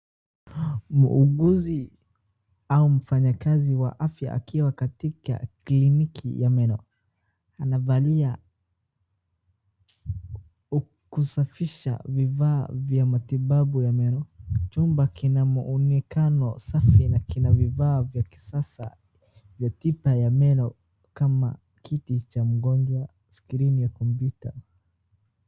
Muuguzi au mfanyakazi wa afya akiwa katika kliniki ya meno anavalia huku kusafisha vifaa vya matibabu ya meno, chumba kina muonekano safi na kina vifaa vya kisasa vya tiba ya meno kama kiti cha mgonjwa ,skrini ya kompyuta .